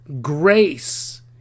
Grace